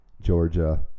Georgia